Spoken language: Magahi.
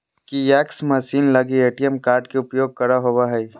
कियाक्स मशीन लगी ए.टी.एम कार्ड के उपयोग करे होबो हइ